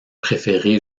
préféré